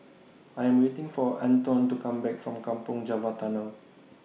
I Am waiting For Antone to Come Back from Kampong Java Tunnel